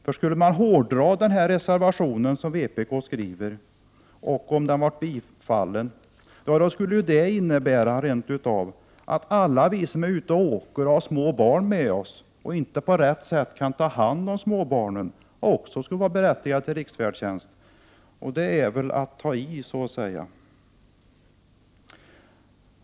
Vpk reservationen skulle, om den bifölls, litet hårdraget rent av kunna innebära att också alla andra som på en resa inte på rätt sätt kan ta hand om sina småbarn skulle vara berättigade till riksfärdtjänst, och det är väl att ta i.